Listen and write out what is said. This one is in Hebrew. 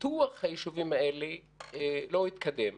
פיתוח היישובים האלה לא התקדם.